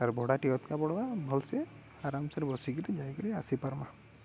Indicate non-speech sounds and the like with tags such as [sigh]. ତା'ର ବଡ଼ା ଟି [unintelligible] ପଡ଼୍ବା ଭଲସେ ଆରାମସରେ ବସିକିରି ଯାଇକିରି ଆସିପାର୍ବା